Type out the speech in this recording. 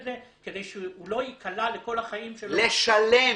זה כדי שהוא לא ייקלע לכל החיים שלו --- לשלם.